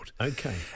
okay